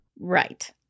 Right